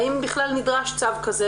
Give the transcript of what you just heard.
האם בכלל נדרש צו כזה,